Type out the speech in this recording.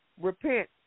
Repent